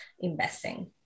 investing